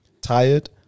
tired